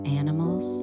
animals